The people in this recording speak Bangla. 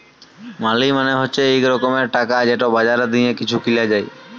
মালি মালে হছে ইক রকমের টাকা যেট বাজারে দিঁয়ে কিছু কিলা যায়